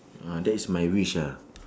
ah that is my wish ah